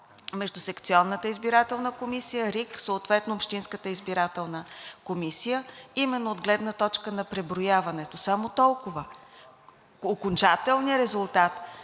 между секционната избирателна комисия, РИК и съответно общинската избирателна комисия именно от гледна точка на преброяването. Само толкова. Окончателният резултат